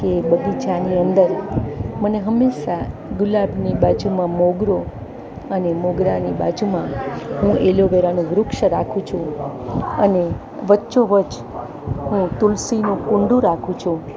કે બગીચાની અંદર મને હમેશા ગુલાબની બાજુમાં મોગરો અને મોગરાની બાજુમાં એલોવેરાનું વૃક્ષ રાખું છું અને વચ્ચોવચ્ચ હું તુલસીનું કૂંડું રાખું છું